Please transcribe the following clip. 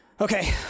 Okay